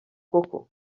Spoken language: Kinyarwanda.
koko